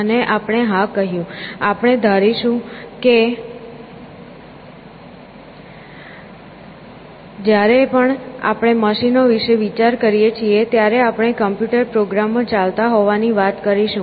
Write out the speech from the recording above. અને આપણે હા કહ્યું આપણે ધારીશું કે જ્યારે પણ આપણે મશીન વિશે વિચારીએ છીએ ત્યારે આપણે કમ્પ્યુટર પ્રોગ્રામો ચાલતા હોવાની વાત કરીશું